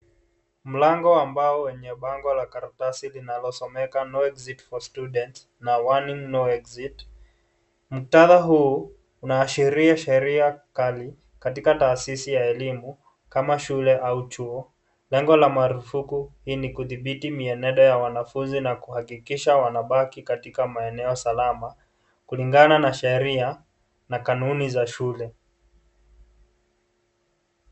Mlango ambao wenye bango la karatasi linasomeka no exit for students na warning no exit . Muktadha huu, unaashirira sheria kali katika taasisi ya elimu, kama shule au chuo. Lengo la marufuku hii ni kudhibiti mienendo ya wanafunzi na kuhakikisha wanabaki katika maeneo salama, kulingana na sheria, na kanuni za shule.